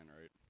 right